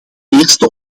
eerste